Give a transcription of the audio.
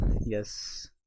Yes